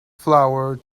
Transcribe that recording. flour